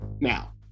Now